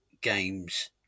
games